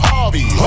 Harvey